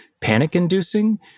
panic-inducing